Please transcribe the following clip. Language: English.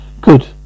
good